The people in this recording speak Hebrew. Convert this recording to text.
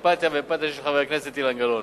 הסימפתיה והאמפתיה של חבר הכנסת אילן גילאון.